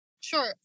Sure